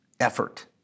effort